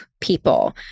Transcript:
People